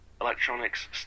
Electronics